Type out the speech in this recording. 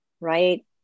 right